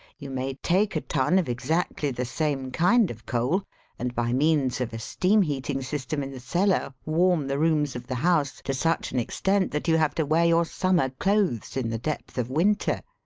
you may take a ton of exactly the same kind of coal and by means of a. steam heating system in the cellar warm the rooms of the house to such an extent that you have to wear your summer clothes in the depth of winter.